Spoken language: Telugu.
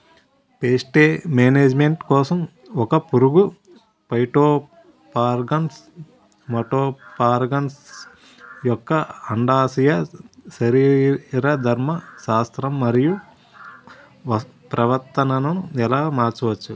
పేస్ట్ మేనేజ్మెంట్ కోసం ఒక పురుగు ఫైటోఫాగస్హె మటోఫాగస్ యెక్క అండాశయ శరీరధర్మ శాస్త్రం మరియు ప్రవర్తనను ఎలా మార్చచ్చు?